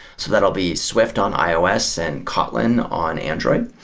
so that will be swift on ios and kotlin on android.